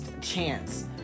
chance